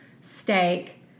steak